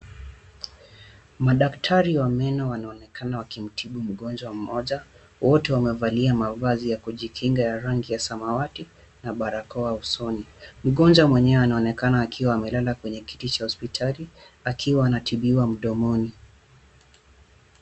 Madaktari wa meno wanaonekana wakimtibu mgonjwa mmoja. Wote wamevalia ya kujikinga ya rangi ya samawati na barakoa usoni. Mgonjwa mwenyewe anaonekana akiwa amelala kwenye kiti cha hospitali akiwa anatibiwa mdomoni.